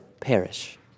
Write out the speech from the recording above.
perish